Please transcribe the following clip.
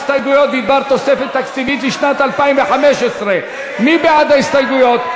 הסתייגויות בדבר תוספת תקציבית לשנת 2015. מי בעד ההסתייגויות?